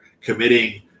committing